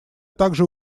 также